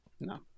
no